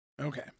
Okay